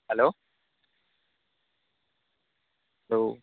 hello hello